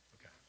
Okay